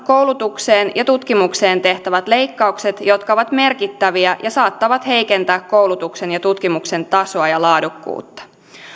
koulutukseen ja tutkimukseen tehtävät leikkaukset jotka ovat merkittäviä ja saattavat heikentää koulutuksen ja tutkimuksen tasoa ja laadukkuutta